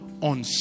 on